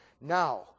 Now